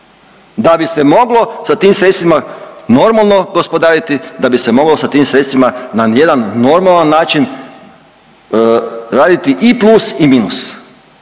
da bi se moglo sa tim sredstvima normalno gospodariti, da bi se moglo sa tim sredstvima na jedan normalan način raditi i plus i minus